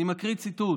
אני מקריא ציטוט: